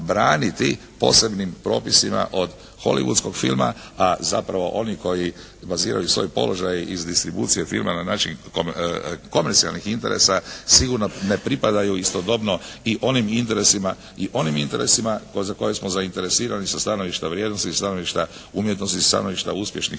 posebnim propisima od holivudskog filma, a zapravo oni koji baziraju svoj položaj iz distribucije filma na način komercijalnih interesa sigurno ne pripadaju istodobno i onim interesima za koje smo zainteresirani sa stanovišta vrijednosti i stanovišta umjetnosti i stanovišta uspješnih